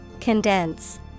Condense